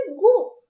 go